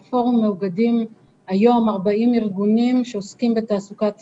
בפורום מאוגדים היום 40 ארגונים שעוסקים בתעסוקת צעירים.